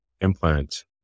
implant